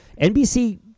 NBC